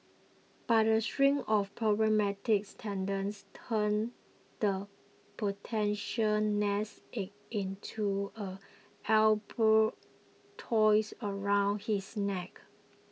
but a string of problematic tenants turned the potential nest egg into a albatross around his neck